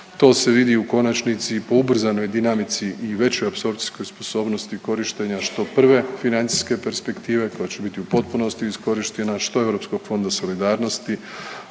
to se vidi i u konačnici i po ubrzanoj dinamici i većoj apsorpcijskoj sposobnosti korištenja što prve financijske perspektive koja će biti u potpunosti iskorištena, što Europskog fonda solidarnosti,